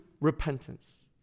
repentance